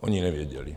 Oni nevěděli.